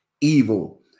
evil